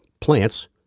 plants